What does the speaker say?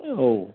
औ